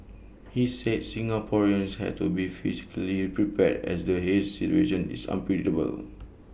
he said Singaporeans had to be psychologically prepared as the haze situation is unpredictable